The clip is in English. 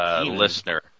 listener